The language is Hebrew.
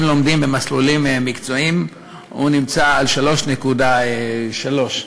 לומדים במסלולים מקצועיים נמצא על 3.3,